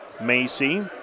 Macy